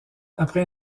après